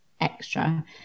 extra